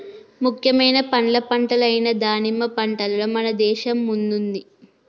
ముఖ్యమైన పండ్ల పంటలు అయిన దానిమ్మ పంటలో మన దేశం ముందుంది